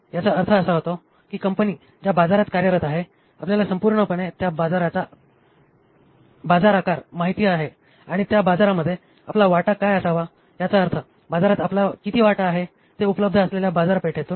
याचा अर्थ असा होतो की कंपनी ज्या बाजारात कार्यरत आहे आपल्याला संपूर्णपणे त्या बाजाराचा बाजार आकार माहित आहे आणि त्या बाजारामध्ये आपला वाटा काय असावा याचा अर्थ बाजारात आपला किती वाटा आहे ते उपलब्ध असलेल्या एकूण बाजारपेठेतून